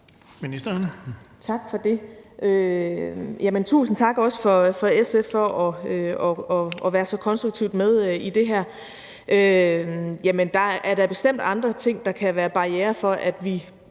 Krag): Tak for det. Tusind tak til SF for også at være så konstruktivt med i det her. Der er da bestemt andre ting, der kan være barrierer for, at vi